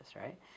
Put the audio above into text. right